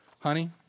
Honey